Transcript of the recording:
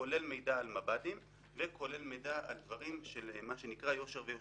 כולל מידע על מב"דים וכולל מידע על מה שנקרא "יושר ויושרה".